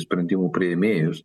sprendimų priėmėjus